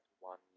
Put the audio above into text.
one